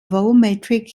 volumetric